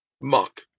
Muck